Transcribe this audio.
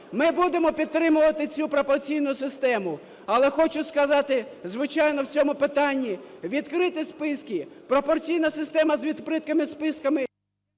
ми будемо підтримувати цю пропорційну систему. Але хочу сказати, звичайно, в цьому питанні відкриті списки, пропорційна система з відкритими списками...